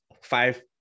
five